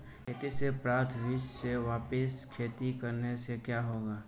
खेती से प्राप्त बीज से वापिस खेती करने से क्या होगा?